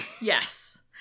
Yes